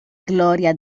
gloria